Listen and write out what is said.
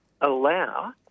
allow